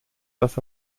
dass